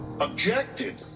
objected